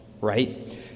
Right